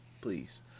Please